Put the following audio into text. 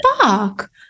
fuck